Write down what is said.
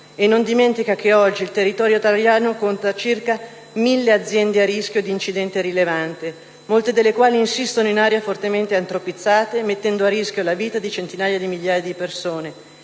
E non dimentica che oggi il territorio italiano conta circa mille aziende a rischio di incidente rilevante, molte delle quali insistono in aree fortemente antropizzate, mettendo a rischio la vita di centinaia di migliaia di persone